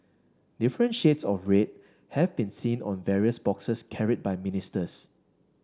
different shades of red have been seen on various boxes carried by ministers